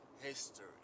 history